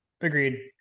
Agreed